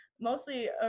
mostly